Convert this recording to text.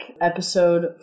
episode